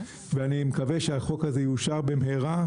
ואני מקווה שהחוק הזה יאושר במהרה,